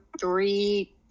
three